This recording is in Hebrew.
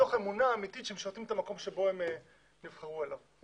מתוך אמונה אמיתית שהם משרתים את המקום שהם נבחרו אליו.